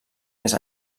més